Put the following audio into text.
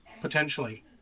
potentially